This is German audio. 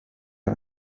der